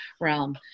realm